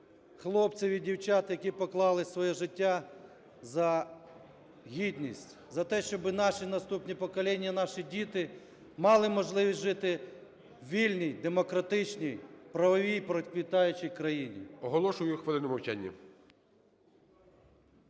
хлопців і дівчат, які поклали своє життя за гідність, за те, щоби наші наступні покоління і наші діти мали можливість жити в вільній, демократичній, правовій, процвітаючій країні.